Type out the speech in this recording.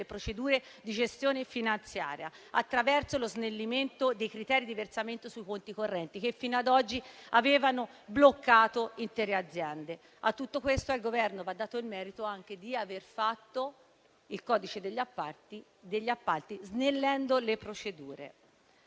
procedure di gestione finanziaria, attraverso lo snellimento dei criteri di versamento sui conti correnti, che fino ad oggi avevano bloccato intere aziende. Oltre a tutto questo, al Governo va dato il merito di aver fatto anche il codice degli appalti, snellendo le procedure.